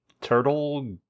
Turtle